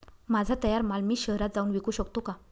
माझा तयार माल मी शहरात जाऊन विकू शकतो का?